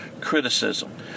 criticism